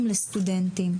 עם פלסטיני כביכול,